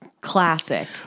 classic